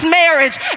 marriage